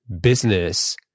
business